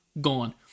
gone